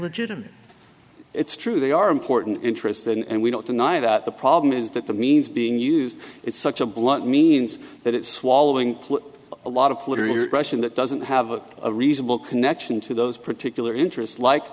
legitimate it's true they are important interest and we don't deny that the problem is that the means being used it's such a blunt means that it's swallowing a lot of clutter in your question that doesn't have a reasonable connection to those particular interests like